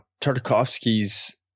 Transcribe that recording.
Tartakovsky's